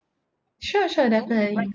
sure sure definitely